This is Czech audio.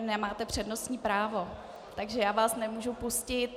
Nemáte přednostní právo, takže já vás nemohu pustit.